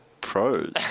pros